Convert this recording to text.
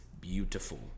beautiful